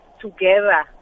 together